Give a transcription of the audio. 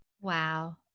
Wow